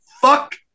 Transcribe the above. fuck